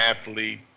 athlete